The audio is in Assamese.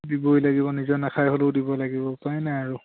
দিবই লাগিব নিজৰ নাখাই হ'লেও দিব লাগিব উপায় নাই আৰু